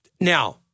Now